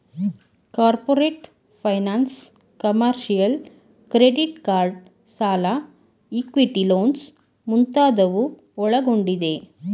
corporate finance, commercial, credit card ಸಾಲ, equity loans ಮುಂತಾದವು ಒಳಗೊಂಡಿದೆ